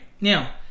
Now